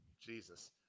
Jesus